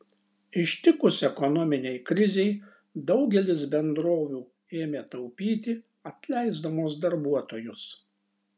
ištikus ekonominei krizei daugelis bendrovių ėmė taupyti atleisdamos darbuotojus